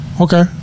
Okay